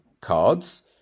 cards